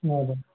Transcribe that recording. हजुर